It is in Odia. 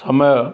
ସମୟ